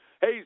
Hey